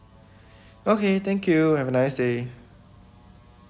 okay thank you have a nice day